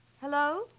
Hello